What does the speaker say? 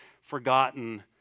forgotten